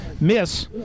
miss